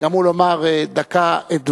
גם הוא לומר בדקה את דבריו,